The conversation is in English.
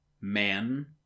man